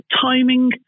Timing